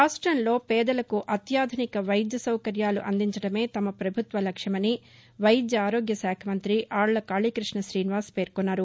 రాష్ట్రంలో పేదలకు అత్యాధునిక వైద్య సౌకర్యాలు అందించడమే తమ పభుత్వ లక్ష్యమని వైద్య ఆరోగ్య శాఖ మంతి ఆళ్ల కాళీకృష్ణ శ్రీనివాస్ పేర్కొన్నారు